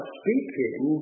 speaking